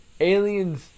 aliens